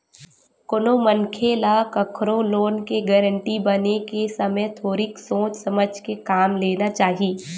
कोनो मनखे ल कखरो लोन के गारेंटर बने के समे थोरिक सोच समझ के काम लेना चाही